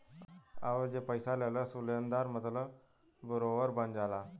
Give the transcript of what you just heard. अउर जे पइसा लेहलस ऊ लेनदार मतलब बोरोअर बन जाला